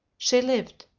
she lived!